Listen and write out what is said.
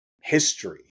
history